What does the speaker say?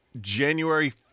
January